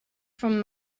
from